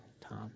Tom